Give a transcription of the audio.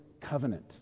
covenant